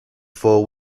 four